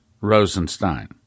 Rosenstein